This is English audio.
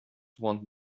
want